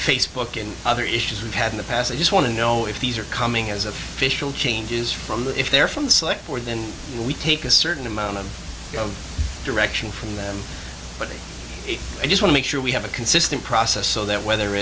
facebook and other issues we've had in the past i just want to know if these are coming as official changes from the if they're from the select more than we take a certain amount of direction from them but i just want make sure we have a consistent process so that whether